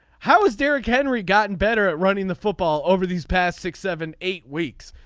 how was derrick henry gotten better at running the football over these past six seven eight weeks.